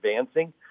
advancing